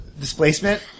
displacement